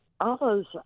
Others